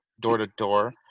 door-to-door